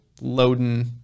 loading